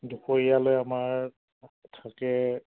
দুপৰীয়ালৈ আমাৰ থাকে